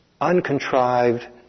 uncontrived